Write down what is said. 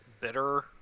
bitter